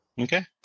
Okay